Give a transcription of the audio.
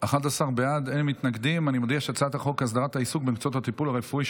את הצעת חוק הסדרת העיסוק במקצועות הטיפול הרפואי,